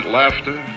laughter